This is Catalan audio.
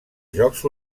jocs